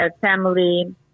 family